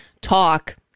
talk